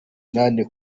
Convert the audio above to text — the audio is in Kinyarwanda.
nane